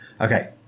Okay